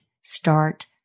start